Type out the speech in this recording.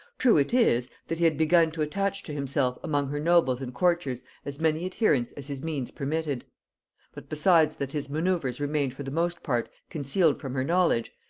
true it is, that he had begun to attach to himself among her nobles and courtiers as many adherents as his means permitted but besides that his manoeuvres remained for the most part concealed from her knowledge,